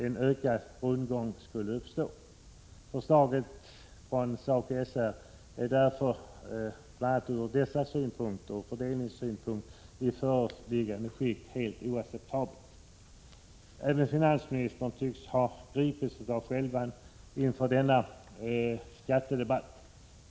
En ökad rundgång skulle uppstå. Förslaget från SACO/SR är därför, bl.a. från dessa synpunkter och från fördelningssynpunkt, i föreliggande skick helt oacceptabelt. Även finansministern tycks ha gripits av skälva inför denna skattedebatt.